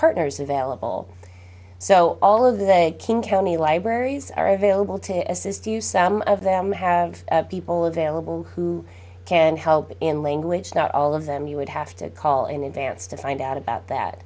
partners available so all of these a king county libraries are available to assist you some of them have people available who can help in language not all of them you would have to call in advance to find out about that